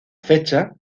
fecha